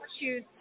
choose